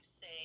say